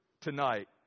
tonight